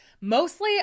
Mostly